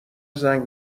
زنگ